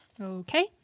Okay